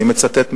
אני מצטט.